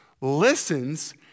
listens